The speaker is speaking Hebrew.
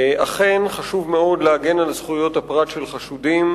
שאכן חשוב מאוד להגן על זכויות הפרט של חשודים,